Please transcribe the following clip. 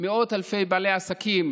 מאות אלפי בעלי עסקים